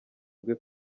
bwe